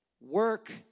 Work